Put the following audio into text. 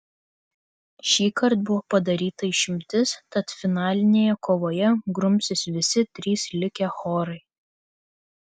šįkart buvo padaryta išimtis tad finalinėje kovoje grumsis visi trys likę chorai